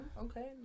Okay